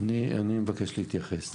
אני מבקש להתייחס.